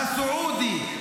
הסעודי?